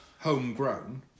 homegrown